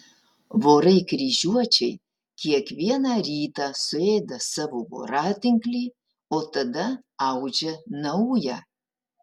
vorai kryžiuočiai kiekvieną rytą suėda savo voratinklį o tada audžia naują